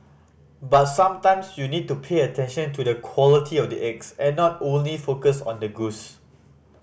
but sometimes you need to pay attention to the quality of the eggs and not closed focus on the goose